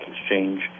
Exchange